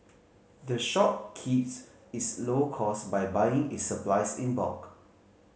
the shop keeps its low costs by buying its supplies in bulk